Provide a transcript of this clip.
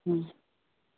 हूँ